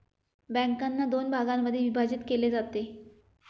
बँकांना दोन भागांमध्ये विभाजित केले जाते